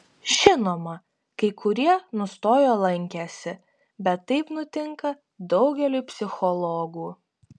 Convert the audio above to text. žinoma kai kurie nustojo lankęsi bet taip nutinka daugeliui psichologų